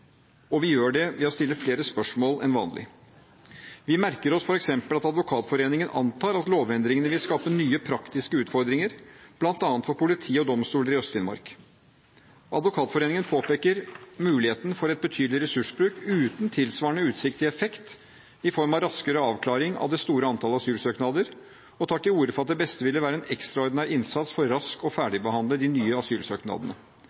og vi gjør det ved å stille flere spørsmål enn vanlig. Vi merker oss f.eks. at Advokatforeningen antar at lovendringene vil skape nye praktiske utfordringer bl.a. for politi og domstoler i Øst-Finnmark. Advokatforeningen påpeker muligheten for en betydelig ressursbruk uten tilsvarende utsikt til effekt i form av raskere avklaring av det store antallet asylsøknader, og tar til orde for at det beste ville være en ekstraordinær innsats for raskt å ferdigbehandle de nye asylsøknadene.